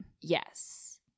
Yes